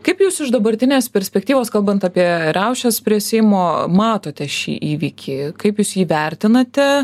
kaip jūs iš dabartinės perspektyvos kalbant apie riaušes prie seimo matote šį įvykį kaip jūs jį vertinate